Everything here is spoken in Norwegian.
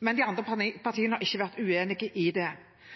men de andre partiene har ikke vært uenige i det.